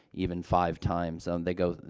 even five times. um, they go,